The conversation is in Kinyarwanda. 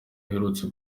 aherutse